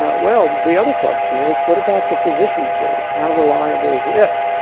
ah well, the other question is, what about the positions data? how reliable is it?